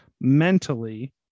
mentally